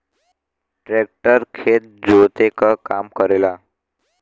tractor खेत जोते क काम करेला